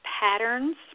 patterns